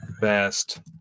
Best